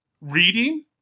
reading